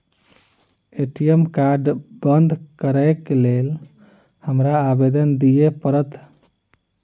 ATM card बंद करैक लेल हमरा आवेदन दिय पड़त?